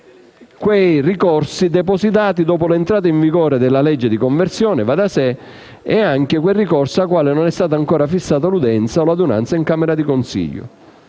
riforma i ricorsi depositati dopo l'entrata in vigore della legge di conversione - va da sé - e quelli per i quali non è stata ancora fissata l'udienza o adunanza in camera di consiglio.